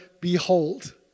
behold